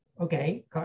Okay